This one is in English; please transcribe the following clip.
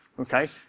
okay